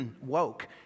woke